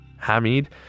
Hamid